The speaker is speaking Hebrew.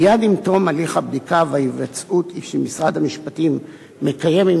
מייד עם תום הליך הבדיקה וההיוועצות שמשרד המשפטים מקיים עם